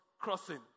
crossing